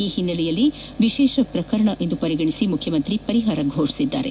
ಈ ಹಿನ್ನೆಲೆಯಲ್ಲಿ ವಿಶೇಷ ಪ್ರಕರಣ ಎಂದು ಪರಿಗಣಿಸಿ ಮುಖ್ಚಮಂತ್ರಿ ಪರಿಹಾರ ಘೋಷಿಸಿದ್ದಾರೆ